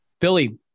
Billy